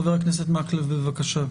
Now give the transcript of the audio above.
חבר הכנסת מקלב, בבקשה.